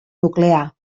nuclear